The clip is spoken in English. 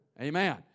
Amen